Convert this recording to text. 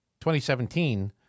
2017